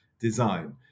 design